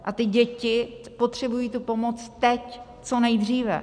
A ty děti potřebují tu pomoci teď co nejdříve.